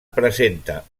presenta